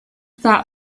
that